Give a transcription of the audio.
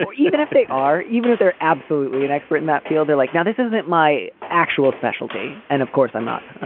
even if they are even if they're absolutely an expert in that field, they're like, now, this isn't my actual specialty. and of course, i'm not,